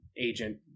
agent